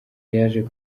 yaje